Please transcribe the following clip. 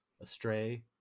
astray